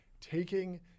taking